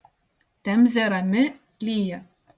temzė rami lyja